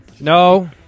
No